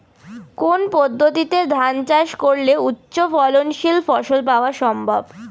কোন পদ্ধতিতে ধান চাষ করলে উচ্চফলনশীল ফসল পাওয়া সম্ভব?